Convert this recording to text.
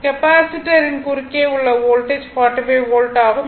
கெப்பாசிட்டரின் குறுக்கே உள்ள வோல்டேஜ் 45 வோல்ட் ஆகும்